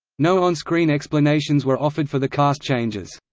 no on-screen explanations were offered for the cast changes.